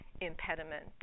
impediment